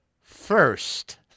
first